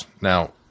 Now